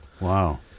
Wow